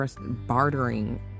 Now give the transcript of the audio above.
Bartering